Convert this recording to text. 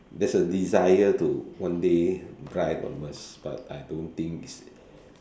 there's a desire to one day drive a Merc but I don't think is